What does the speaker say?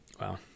Wow